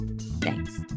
Thanks